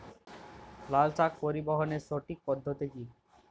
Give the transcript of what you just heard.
লালশাক পরিবহনের সঠিক পদ্ধতি কি?